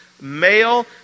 male